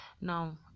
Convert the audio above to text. Now